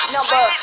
Number